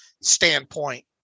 standpoint